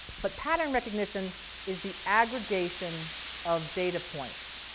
but pattern recognition is the aggregation of data points,